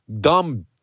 Dumb